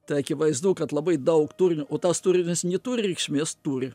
tai akivaizdu kad labai daug turinio o tas turinys neturi reikšmės turi